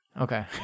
Okay